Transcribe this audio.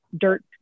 dirt